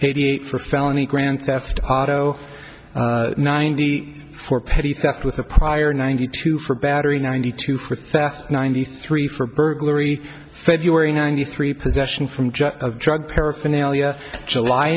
eight for felony grand theft auto nine d for petty theft with a prior ninety two for battery ninety two for theft ninety three for burglary february ninety three possession from just drug paraphernalia july